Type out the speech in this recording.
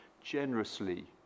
generously